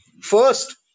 First